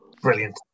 Brilliant